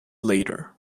later